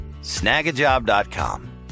snagajob.com